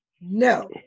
No